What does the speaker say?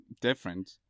different